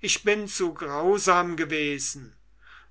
ich bin zu grausam gewesen